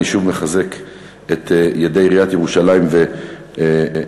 ועל כן אני שוב מחזק את ידי עיריית ירושלים וראשיה,